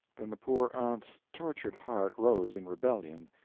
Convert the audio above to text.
then the poor aunt's tortured heart rose in rebellion,